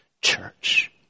church